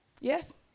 yes